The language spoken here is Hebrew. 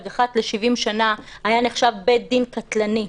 אחת ל-70 שנה היה נחשב בית דין קטלני.